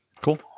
Cool